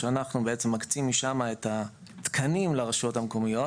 שאנחנו בעצם מקצים משם את התקנים לרשויות המקומיות.